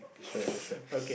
sure sure sure